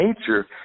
Nature